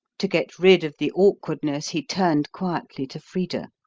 to get rid of the awkwardness he turned quietly to frida.